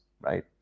right